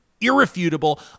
irrefutable